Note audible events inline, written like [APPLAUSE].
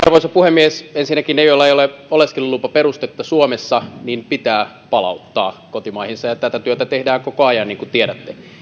[UNINTELLIGIBLE] arvoisa puhemies ensinnäkin ne joilla ei ole oleskelulupaperustetta suomessa pitää palauttaa kotimaihinsa ja tätä työtä tehdään koko ajan niin kuin tiedätte